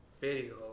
video